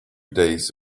days